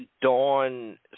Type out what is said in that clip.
Dawn